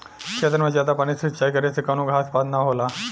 खेतन मे जादा पानी से सिंचाई करे से कवनो घास पात ना होला